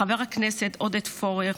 לחבר הכנסת עודד פורר,